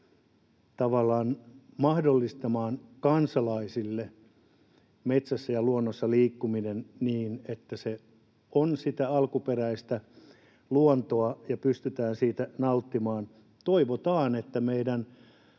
tavallaan mahdollistamaan kansalaisille metsässä ja luonnossa liikkumisen niin, että se on sitä alkuperäistä luontoa ja että siitä pystytään nauttimaan. Toivotaan, että meidän